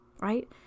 right